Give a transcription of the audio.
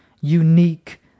unique